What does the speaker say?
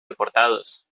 deportados